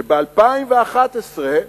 שב-2011,